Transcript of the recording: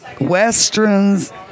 westerns